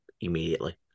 immediately